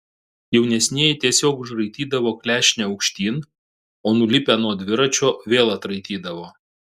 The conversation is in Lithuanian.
jaunesnieji tiesiog užraitydavo klešnę aukštyn o nulipę nuo dviračio vėl atraitydavo